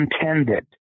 intended